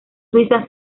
suiza